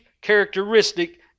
characteristic